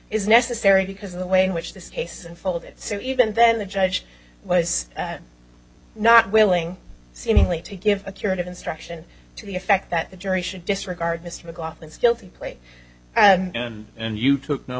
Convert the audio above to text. is necessary because of the way in which this case and full of it so even then the judge was not willing seemingly to give a curative instruction to the effect that the jury should disregard mr mclaughlin still to play and and you took no